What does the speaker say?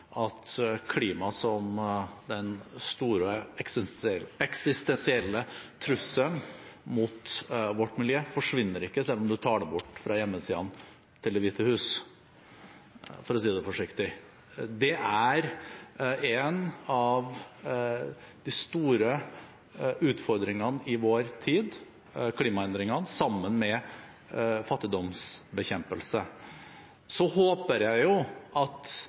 at klima som den store eksistensielle trusselen mot vårt miljø forsvinner ikke selv om man tar det bort fra hjemmesidene til Det hvite hus, for å si det forsiktig. Klimaendringene er en av de store utfordringene i vår tid, sammen med fattigdomsbekjempelse. Så håper jeg at man i tiden fremover også vil se at